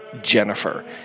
Jennifer